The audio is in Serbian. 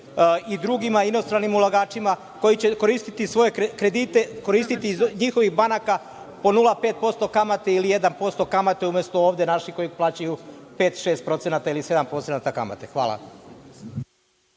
i drugim inostranim ulagačima, koji će koristiti svoje kredite, koristiti iz njihovih banaka po 0,5% kamate ili 1% kamate, umesto ovde naših koji plaćaju 5%-6% ili 7% kamate. Hvala.